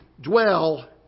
Dwell